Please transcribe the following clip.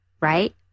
right